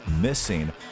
missing